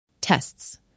Tests